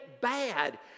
bad